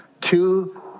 two